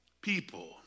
people